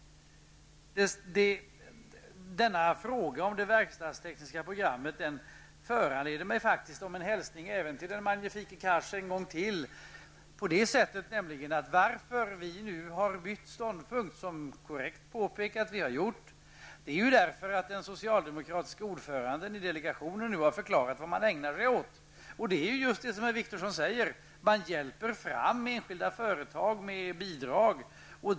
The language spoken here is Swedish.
Frågan om det verkstadstekniska programmet föranleder faktiskt ännu en hälsning till den magnifike Cars. Anledningen till att vi nu har bytt ståndpunkt, som korrekt påpekats att vi har gjort, är att den socialdemokratiske ordföranden i delegationen nu har förklarat vad man ägnar sig åt. Det är just det som herr Wictorsson säger, man hjälper fram enskilda företag med bidrag.